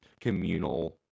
communal